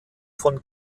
von